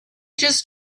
just